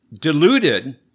deluded